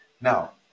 Now